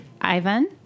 Ivan